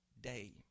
day